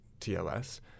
TLS